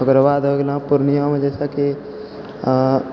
ओकरऽ बाद हो गेलऽहँ पूर्णियामे जइसेकि